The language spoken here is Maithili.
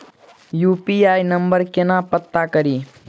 यु.पी.आई नंबर केना पत्ता कड़ी?